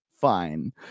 fine